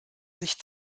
sich